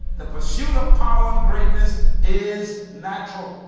the pursuit of power and greatness is natural.